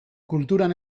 kulturan